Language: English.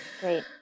Great